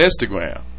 Instagram